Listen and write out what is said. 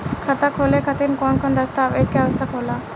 खाता खोले खातिर कौन कौन दस्तावेज के आवश्यक होला?